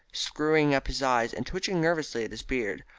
screwing up his eyes and twitching nervously at his beard,